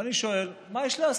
ואני שואל: מה יש להסתיר?